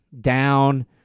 down